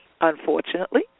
Unfortunately